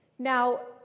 Now